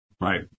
Right